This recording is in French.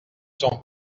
sont